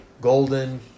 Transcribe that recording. golden